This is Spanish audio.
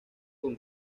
con